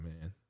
man